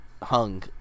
hung